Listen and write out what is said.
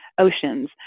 Oceans